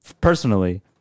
personally